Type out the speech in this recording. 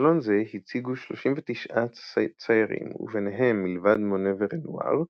בסלון זה הציגו 39 ציירים – וביניהם מלבד מונה ורנואר,